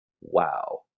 wow